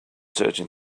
searching